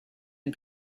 and